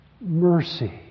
mercy